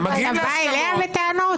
מגיעים להסכמות --- אתה בא אליה בטענות?